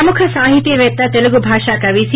ప్రముఖ సాహితీవేత్త తెలుగు భాషా కవి సి